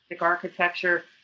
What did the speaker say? architecture